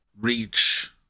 reach